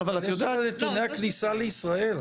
יש לכם את נתוני הכניסה לישראל.